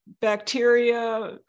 bacteria